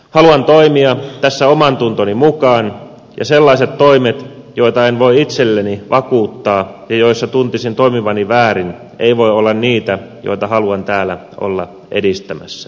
haluan toimia tässä omantuntoni mukaan ja sellaiset toimet joita en voi itselleni vakuuttaa ja joissa tuntisin toimivani väärin eivät voi olla niitä joita haluan täällä olla edistämässä